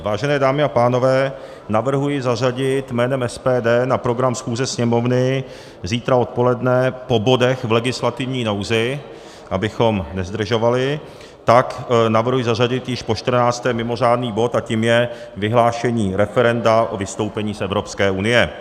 Vážené dámy a pánové, navrhuji zařadit jménem SPD na program schůze Sněmovny zítra odpoledne po bodech v legislativní nouzi, abychom nezdržovali, tak navrhuji zařadit již počtrnácté mimořádný bod a tím je vyhlášení referenda o vystoupení z Evropské unie.